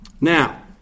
Now